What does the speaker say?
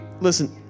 listen